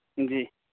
جی